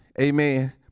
amen